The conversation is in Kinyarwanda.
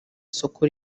soko